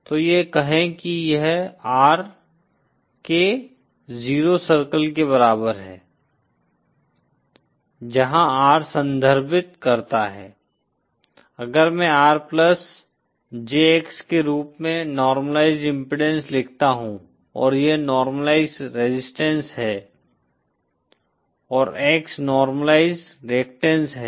तो यह कहें कि यह R के 0 सर्कल के बराबर है जहाँ R संदर्भित करता है अगर मैं R प्लस JX के रूप में नॉर्मलाइज़्ड इम्पीडेन्स लिखता हूं और यह नॉर्मलाइज़्ड रेजिस्टेंस है और X नॉर्मलाइज़्ड रेअक्टैन्ट्स है